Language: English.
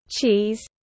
cheese